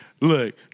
look